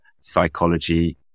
psychology